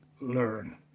learn